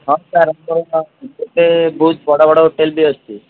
ହଁ ସାର୍ ଆମର ଗୋଟେ ବହୁତ ବଡ଼ ବଡ଼ ହୋଟେଲ୍ ବି ଅଛି